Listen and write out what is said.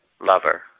Lover